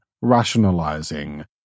Rationalizing